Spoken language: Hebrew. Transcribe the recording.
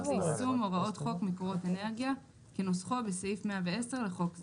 ליישום הוראות חוק מקורות אנרגיה כנוסחו בסעיף 110 לחוק זה."